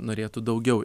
norėtų daugiau